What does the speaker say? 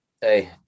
Hey